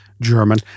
German